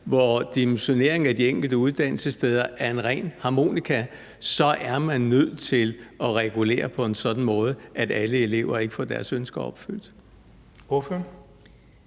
hvor dimensioneringen af de enkelte uddannelsessteder er en ren harmonika, så er man nødt til at regulere på en sådan måde, at alle elever ikke får deres ønsker opfyldt.